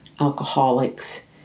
alcoholics